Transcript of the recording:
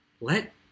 let